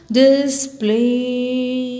display